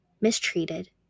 mistreated